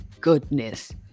goodness